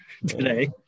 today